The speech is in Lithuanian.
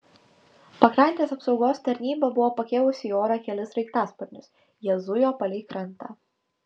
pakrantės apsaugos tarnyba buvo pakėlusi į orą kelis sraigtasparnius jie zujo palei krantą